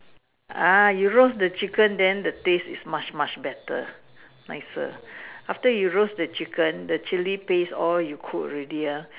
ah you roast the chicken then the taste is much much better nicer after you roast the chicken the Chili paste all you cook already ah